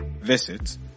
visit